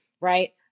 right